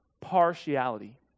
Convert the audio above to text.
partiality